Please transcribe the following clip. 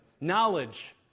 knowledge